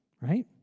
Right